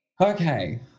Okay